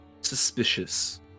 suspicious